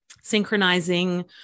synchronizing